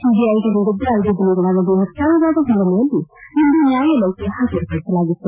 ಸಿಬಿಐಗೆ ನೀಡಿದ್ದ ಐದು ದಿನಗಳ ಅವಧಿ ಮುಕ್ತಾಯವಾದ ಹಿನ್ನೆಲೆಯಲ್ಲಿ ಇಂದು ನ್ವಾಯಾಲಯಕ್ಕೆ ಪಾಜರುಪಡಿಸಲಾಗಿತ್ತು